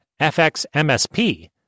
FXMSP